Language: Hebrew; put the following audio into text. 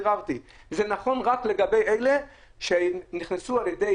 זה נכון רק לגבי אלה שנכנסו על ידי